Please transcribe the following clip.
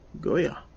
Goya